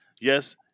Yes